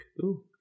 cool